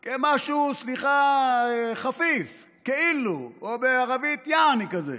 כמשהו, סליחה, חפיף, כאילו, או בערבית, יעני כזה.